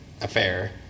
affair